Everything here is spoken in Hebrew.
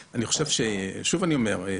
שוב אני אומר,